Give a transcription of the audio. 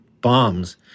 bombs